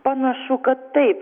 panašu kad taip